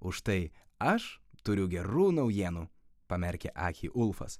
užtai aš turiu gerų naujienų pamerkė akį ulfas